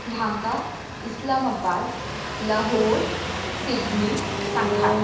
Dhaka Islamabad Lahore Sydney Shanghai